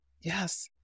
Yes